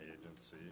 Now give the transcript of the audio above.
Agency